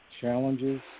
challenges